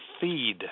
feed